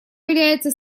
является